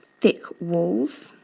thick walls